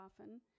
often